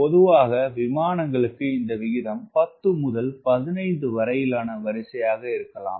பொதுவாக விமானங்களுக்கு இந்த விகிதம் 10 முதல் 15 வரையிலான வரிசையாக இருக்கலாம்